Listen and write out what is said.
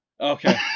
okay